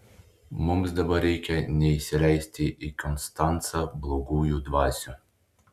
mums dabar reikia neįsileisti į konstancą blogųjų dvasių